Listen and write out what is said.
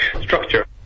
structure